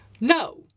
No